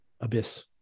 abyss